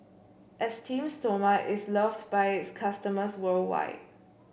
Esteem Stoma is loved by its customers worldwide